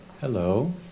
Hello